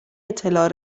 اطلاع